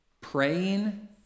praying